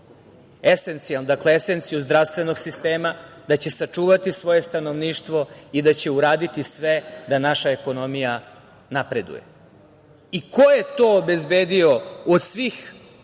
sačuvati esenciju zdravstvenog sistema, da će sačuvati svoje stanovništvo i da će uraditi sve da naša ekonomija napreduje. Ko je to obezbedio od svih